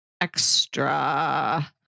extra